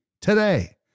today